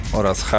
oraz